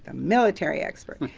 ah military expert.